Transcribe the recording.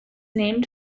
named